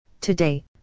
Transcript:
Today